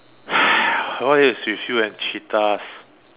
what is with you and cheetahs